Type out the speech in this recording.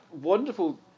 wonderful